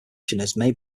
commissioners